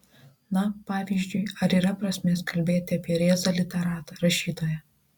na pavyzdžiui ar yra prasmės kalbėti apie rėzą literatą rašytoją